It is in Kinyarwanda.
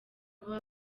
kuba